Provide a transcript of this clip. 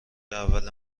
اول